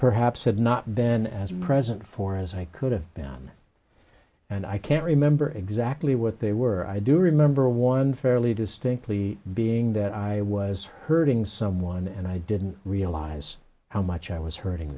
perhaps had not been as present for as i could have found and i can't remember exactly what they were i do remember one fairly distinctly being that i was hurting someone and i didn't realize how much i was hurting